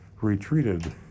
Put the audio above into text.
retreated